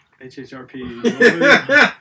HHRP